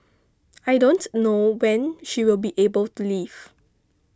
I don't know when she will be able to leave